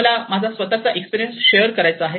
मला माझा स्वतःचा एक्सपिरीयन्स शेअर करायचा आहे